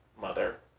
mother